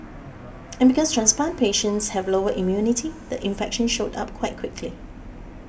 and because transplant patients have lower immunity the infection showed up quite quickly